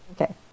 Okay